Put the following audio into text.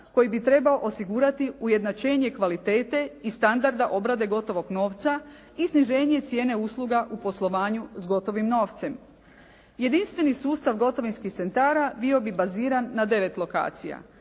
koji bi trebao osigurati ujednačenje kvalitete i standarda obrade gotovog novca i sniženje cijene usluga u poslovanju s gotovim novcem. Jedinstveni sustav gotovinskih centara bio bi baziran na 9 lokacija.